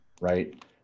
right